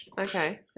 Okay